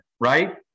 right